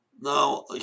Now